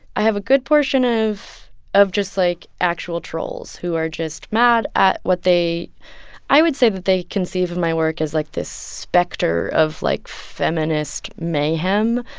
i have a good portion of of just, like, actual trolls who are just mad at what they i would say that they conceive of my work as, like, this specter of, like, feminist mayhem.